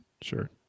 Sure